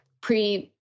pre